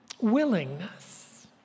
willingness